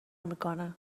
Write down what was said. میکنه